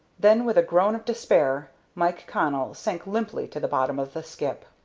then, with a groan of despair, mike connell sank limply to the bottom of the skip.